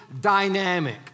dynamic